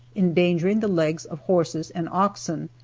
endangering the legs of horses and oxen,